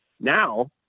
Now